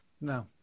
No